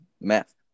math